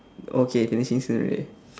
okay finishing soon already